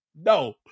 No